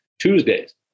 TUESDAYS